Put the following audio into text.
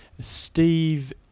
Steve